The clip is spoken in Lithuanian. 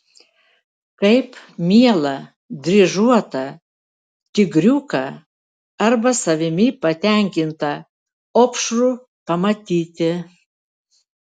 kaip mielą dryžuotą tigriuką arba savimi patenkintą opšrų pamatyti